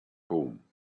home